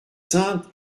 sainte